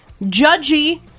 judgy